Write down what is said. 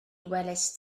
welaist